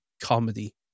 comedy